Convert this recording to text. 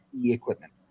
equipment